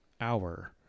hour